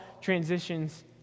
transitions